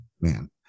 Man